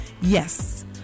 Yes